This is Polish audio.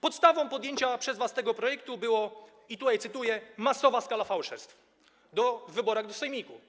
Podstawą podjęcia przez was tego projektu była, i tutaj cytuję: masowa skala fałszerstw w wyborach do sejmików.